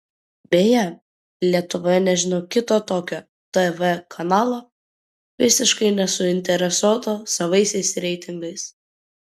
beje lietuvoje nežinau kito tokio tv kanalo visiškai nesuinteresuoto savaisiais reitingais